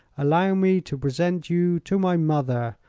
allow me to present you to my mother,